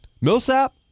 Millsap